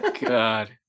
god